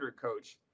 coach